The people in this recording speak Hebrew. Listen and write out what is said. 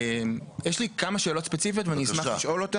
יש לי כמה שאלות ספציפיות שאני אשמח לשאול.